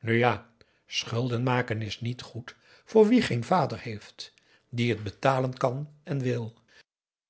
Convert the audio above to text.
nu ja schulden maken is niet goed voor wie geen vader heeft die t betalen kan en wil